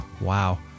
wow